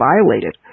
violated